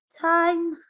time